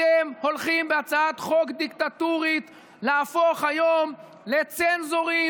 אתם הולכים בהצעת חוק דיקטטורית להפוך היום לצנזורים